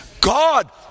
God